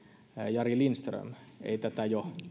jari lindström ei tätä jo